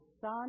Son